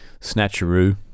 snatcheroo